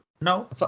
No